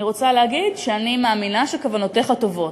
אני רוצה להגיד שאני מאמינה שכוונותיך טובות.